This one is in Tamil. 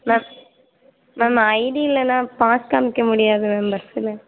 மேம் மேம் ஐடி இல்லைனா பாஸ் காமிக்க முடியாது மேம் பஸ்ஸில்